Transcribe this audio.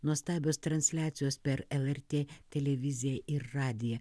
nuostabios transliacijos per lrt televiziją ir radiją